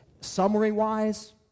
summary-wise